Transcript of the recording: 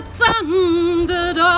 thundered